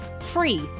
free